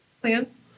plans